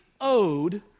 owed